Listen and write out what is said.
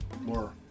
more